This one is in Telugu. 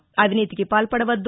అవినీతికి పాల్పడవద్దు